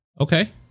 okay